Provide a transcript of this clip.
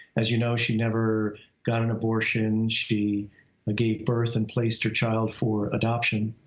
as you know, she never got an abortion. she ah gave birth and placed her child for adoption.